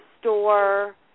store